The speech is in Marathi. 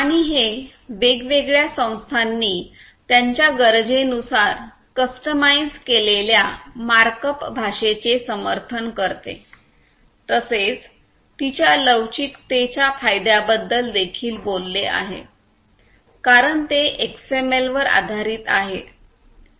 आणि हे वेगवेगळ्या संस्थांनी त्यांच्या गरजेनुसार कस्टमाइज्ड केलेल्या मार्कअप भाषेचे समर्थन करते तसेच तिच्या लवचिकतेच्या फायद्याबद्दल देखील बोलले आहे कारण ते एक्सएमएल वर आधारित आहे